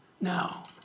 now